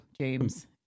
James